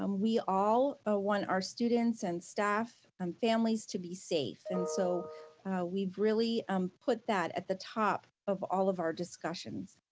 um we all ah want our students and staff and families to be safe, and so we've really um put that at the top of all of our discussions.